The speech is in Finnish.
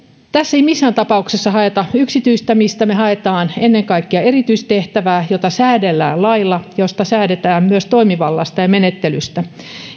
tässä ei missään tapauksessa haeta yksityistämistä me haemme ennen kaikkea erityistehtävää jota säädellään lailla jossa säädetään myös toimivallasta ja menettelystä